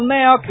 now